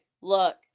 look